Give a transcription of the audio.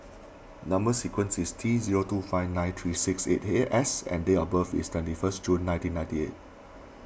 Number Sequence is T zero two five nine three six eight eight S and date of birth is twenty first June nineteen ninety eight